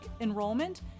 enrollment